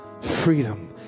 freedom